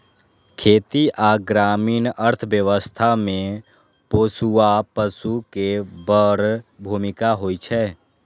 खेती आ ग्रामीण अर्थव्यवस्था मे पोसुआ पशु के बड़ भूमिका होइ छै